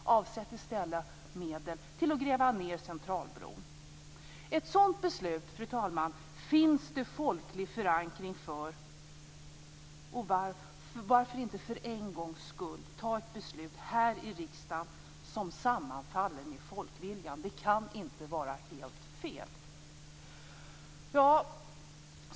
Avsätt i stället medel till att gräva ned Centralbron! Ett sådant beslut, fru talman, finns det folklig förankring för. Varför inte för en gångs skull fatta beslut här i riksdagen som sammanfaller med folkviljan? Det kan inte vara helt fel.